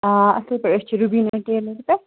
آ اَصٕل پٲٹھۍ أسۍ چھِ رُبیٖنا ٹیلَر پٮ۪ٹھ